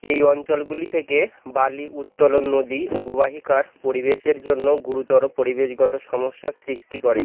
এই অঞ্চলগুলি থেকে বালি উত্তোলন নদী অববাহিকার পরিবেশের জন্য গুরুতর পরিবেশগত সমস্যা সৃষ্টি করে